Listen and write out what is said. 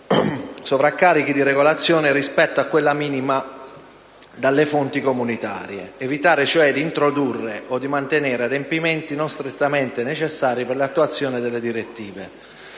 sovraccarichi di regolazione rispetto a quella minima dalle fonti comunitarie», in particolare ad «evitare di introdurre o di mantenere adempimenti (...) non strettamente necessari per l'attuazione delle direttive».